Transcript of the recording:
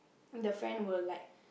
the friend will like